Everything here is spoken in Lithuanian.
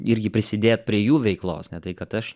irgi prisidėt prie jų veiklos ne tai kad aš